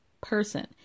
person